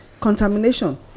contamination